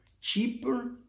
Cheaper